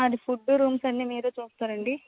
మాది food rooms అన్ని మీరే చూస్తారా అండి